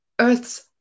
Earth's